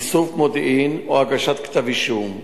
איסוף מודיעין או הגשת כתב אישום,